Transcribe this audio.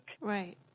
Right